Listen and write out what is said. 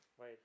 Wait